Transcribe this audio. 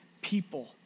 people